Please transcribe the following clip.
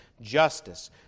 justice